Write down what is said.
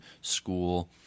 school